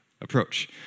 approach